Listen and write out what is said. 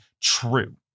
true